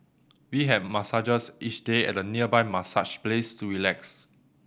we have massages each day at a nearby massage place to relax